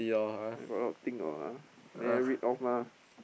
got a lot of thing [liao] ah never read off mah